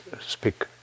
speak